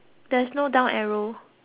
no